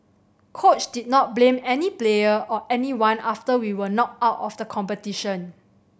coach did not blame any player or anyone after we were knocked out of the competition